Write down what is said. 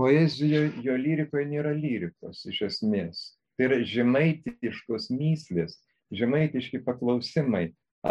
poezijoj jo lyrikoj nėra lyrikos iš esmės tai yra žemaitiškos mįslės žemaitiški paklausimai